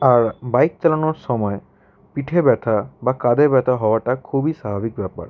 আর bike চালানোর সময় পিঠে ব্যথা বা কাঁধে ব্যথা হওয়াটা খুবই স্বাভাবিক ব্যাপার